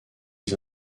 les